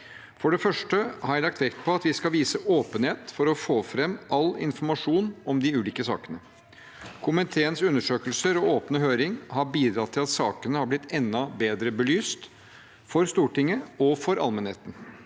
For det første har jeg lagt vekt på at vi skal vise åpenhet for å få fram all informasjon om de ulike sakene. Komiteens undersøkelser og åpne høring har bidratt til at sakene har blitt enda bedre belyst for Stortinget og for allmennheten.